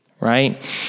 right